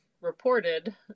reported